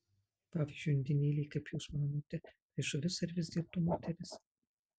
pavyzdžiui undinėlė kaip jūs manote tai žuvis ar vis dėlto moteris